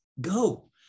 go